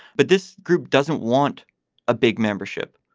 but this group doesn't want a big membership.